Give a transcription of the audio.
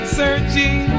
searching